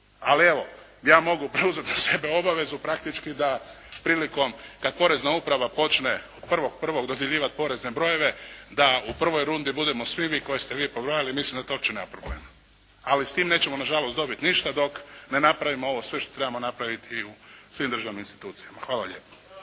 Ali, evo, ja mogu preuzeti na sebe obavezu praktički da prilikom, kad porezna uprava počne od 1. 1. dodjeljivati porezne brojeve, da u prvoj rundi budemo svi mi koje ste vi pobrojali, mislim da to uopće nema problema. Ali, s tim nećemo nažalost dobiti ništa dok ne napravimo ovo sve što trebamo napraviti i u svim državnim institucijama. Hvala lijepo.